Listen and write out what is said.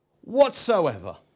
whatsoever